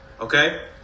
okay